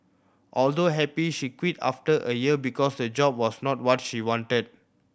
although happy she quit after a year because the job was not what she wanted